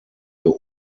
wir